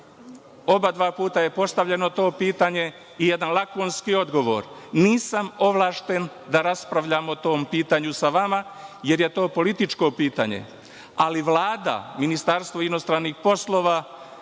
Oba puta je postavljeno to pitanje i jedan lakmunski odgovor – nisam ovlašćen da raspravljam o tom pitanju sa vama, jer je to političko pitanje. Ali Vlada, Ministarstvo inostranih poslova